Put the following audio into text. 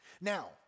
Now